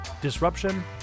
Disruption